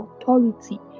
authority